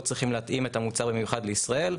צריכים להתאים את המוצר במיוחד לישראל.